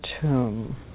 tomb